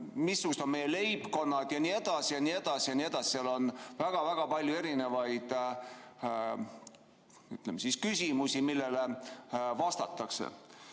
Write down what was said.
missugused on meie leibkonnad ja nii edasi. Seal on väga palju erinevaid küsimusi, millele vastatakse.